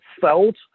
felt